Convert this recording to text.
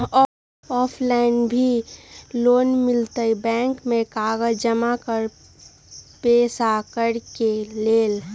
Offline भी loan मिलहई bank में कागज जमाकर पेशा करेके लेल?